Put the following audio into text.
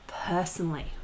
personally